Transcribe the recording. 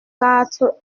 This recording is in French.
quatre